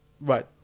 right